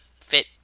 fit